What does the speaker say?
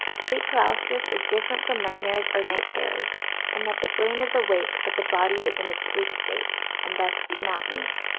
sleep paralysis is different from nightmares or night terrors in and that the brain is awake but the body is in its sleep state and thus cannot move.